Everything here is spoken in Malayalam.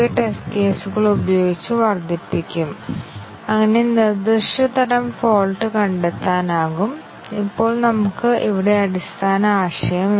CFGയിലെ കോഡിൽ ആ ഭാഗങ്ങൾ കണ്ടെത്താൻ പ്രയാസമാണ് പക്ഷേ ആ പാത്തുകൾ കണ്ടെത്താൻ ഞങ്ങളുടെ പരിശോധന ആവശ്യമില്ല